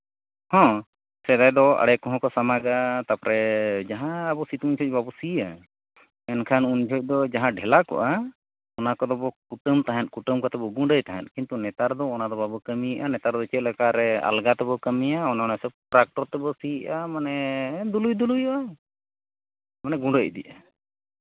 ᱦᱮᱸ ᱥᱮᱫᱟᱭ ᱫᱚ ᱟᱬᱮ ᱠᱚᱦᱚᱸ ᱠᱚ ᱥᱟᱢᱟᱜᱟ ᱛᱟᱨᱯᱚᱨᱮ ᱡᱟᱦᱟᱸ ᱥᱤᱛᱩᱝ ᱫᱤᱱ ᱟᱵᱚ ᱵᱟᱵᱚ ᱥᱤᱭᱟ ᱮᱱᱠᱷᱟᱱ ᱩᱱ ᱡᱚᱦᱚᱜ ᱫᱚ ᱡᱟᱦᱟᱸ ᱰᱷᱮᱞᱟᱠᱚᱜᱼᱟ ᱚᱱᱟ ᱠᱚᱫᱚ ᱠᱚ ᱠᱩᱴᱟᱹᱢ ᱛᱟᱦᱮᱸᱫ ᱠᱩᱴᱟᱹᱢ ᱠᱟᱛᱮᱫ ᱠᱚ ᱜᱩᱸᱰᱟᱹᱭ ᱛᱟᱦᱮᱱ ᱠᱤᱱᱛᱩ ᱱᱮᱛᱟᱨ ᱫᱚ ᱚᱱᱟ ᱫᱚ ᱵᱟᱵᱚ ᱠᱟᱹᱢᱤᱭᱮᱫᱼᱟ ᱱᱮᱛᱟᱨ ᱫᱚ ᱪᱮᱫ ᱞᱮᱠᱟᱨᱮ ᱟᱞᱜᱟ ᱛᱮᱵᱚᱱ ᱠᱟᱹᱢᱤᱭᱟ ᱚᱱᱟ ᱦᱤᱥᱟᱹᱵᱽ ᱴᱟᱠᱴᱚᱨ ᱛᱮᱵᱚ ᱥᱤᱭᱮᱫᱼᱟ ᱢᱟᱱᱮ ᱫᱩᱞᱩᱭ ᱫᱩᱞᱩᱭᱚᱜᱼᱟ ᱢᱟᱱᱮ ᱜᱩᱸᱰᱟᱹ ᱤᱫᱤᱜᱼᱟ